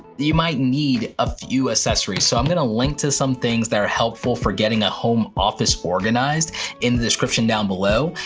you might need a few accessories. so i'm gonna link to some things that are helpful for getting a home office organized in the description down below,